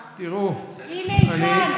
כן.